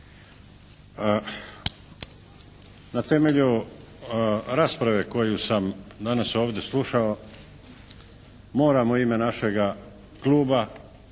Na temelju rasprave koju sam danas ovdje slušao moram u ime našega Kluba